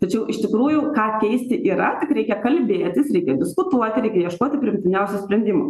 tačiau iš tikrųjų ką keisti yra reikia kalbėtis reikia diskutuoti reikia ieškoti priimtiniausių sprendimų